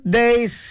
days